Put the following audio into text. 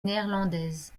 néerlandaise